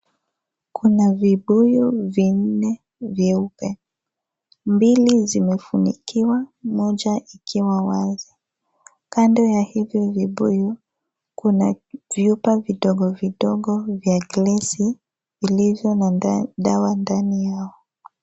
Kuna vibuyu vinne vyeupe, mbili zimefunikiwa, moja ikiwa wazi, kando ya hivi vibuyu kuna vyupa vidogo vidogo vya glesi ilivyo na dawa ndani yao.